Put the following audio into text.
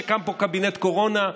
שקם פה קבינט קורונה,